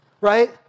Right